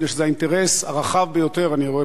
מפני שזה האינטרס הרחב ביותר.